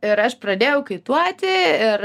ir aš pradėjau kaituoti ir